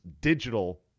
digital